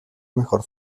mejor